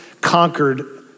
conquered